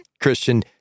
Christian